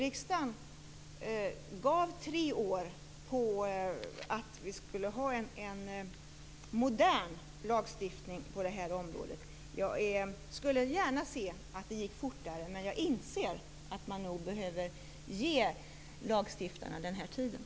Riksdagen gav tre år för att åstadkomma en modern lagstiftning på det här området. Jag skulle gärna se att det gick fortare, men jag inser att man nog behöver ge lagstiftarna den här tiden.